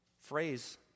phrase